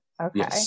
Okay